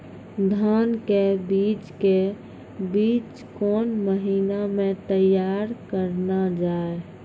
धान के बीज के बीच कौन महीना मैं तैयार करना जाए?